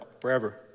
forever